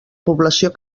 població